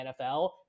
nfl